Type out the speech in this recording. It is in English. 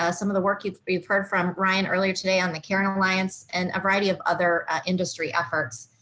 ah some of the work you've but you've heard from ryan earlier today on the karen alliance and a variety of other industry efforts,